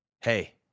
Hey